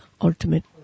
ultimate